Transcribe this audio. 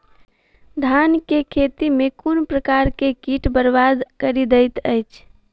धान केँ खेती मे केँ प्रकार केँ कीट बरबाद कड़ी दैत अछि?